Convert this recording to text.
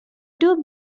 two